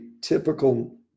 typical